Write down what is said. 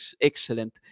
excellent